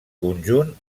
conjunt